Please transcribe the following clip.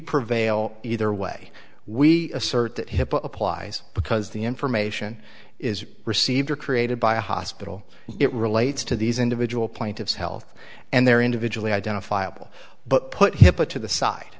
prevail either way we assert that hipaa applies because the information is received or created by a hospital it relates to these individual plaintiffs health and they're individually identifiable but put hipaa to the side